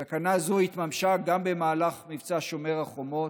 סכנה זו התממשה גם במהלך מבצע שומר החומות,